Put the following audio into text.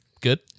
good